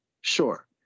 Sure